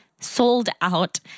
sold-out